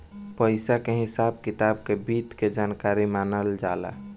पइसा के हिसाब किताब के वित्त के जानकारी मानल जाला